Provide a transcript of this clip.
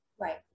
Right